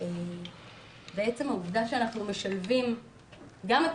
ועצם העובדה שאנחנו משלבים גם את